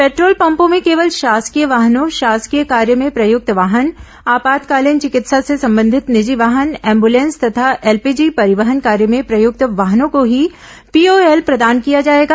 petrol पम्पों में केवल शासकीय वाहनों शासकीय कार्य में प्रयूक्त वाहन आपातकालीन चिकित्सा से संबंधित निजी वाहन एंब्लेंस तथा एलपीजी परिवहन कार्य में प्रयुक्त वाहनों को ही पीओएल प्रदान किया जाएगा